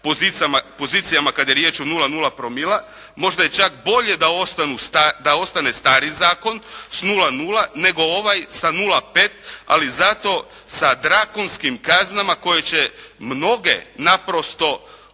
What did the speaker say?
pozicijama kada je riječ o 0,0 promila, možda je čak bolje da ostane stari zakon sa 0,0 nego ovaj sa 0,5 ali zato sa drakonskim kaznama koje će mnoge naprosto prije